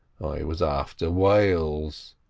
was after whales.